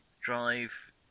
drive